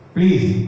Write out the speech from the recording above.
Please